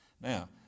Now